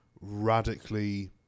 radically